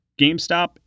GameStop